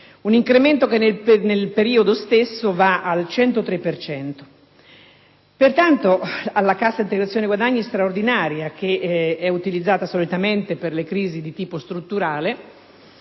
un incremento nel periodo stesso del 103 per cento. Pertanto, la Cassa integrazione guadagni straordinaria, che è utilizzata solitamente per le crisi di tipo strutturale,